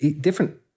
different